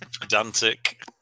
pedantic